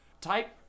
Type